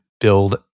build